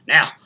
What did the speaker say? Now